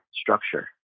structure